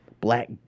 black